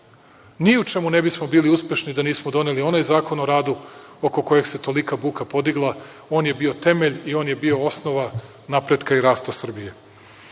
Ni u čemu ne bismo bili uspešni da nismo doneli onaj zakon o radu oko kojeg se tolika buka podigla. On je bio temelj i on je bio osnova napretka i rasta Srbije. Novim